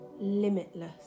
limitless